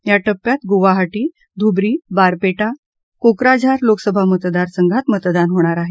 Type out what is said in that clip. या टप्प्यात गुवाहाटी धुब्री बारपेटा कोक्राझार लोकसभा मतदार संघात मतदान होणार आहे